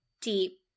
deep